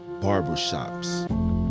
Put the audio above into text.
barbershops